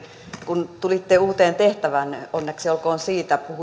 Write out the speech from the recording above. kun tulitte uuteen tehtävään onneksi olkoon siitä